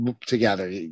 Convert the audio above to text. together